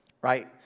right